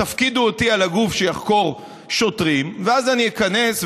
תפקידו אותי על הגוף שיחקור שוטרים ואז אני איכנס,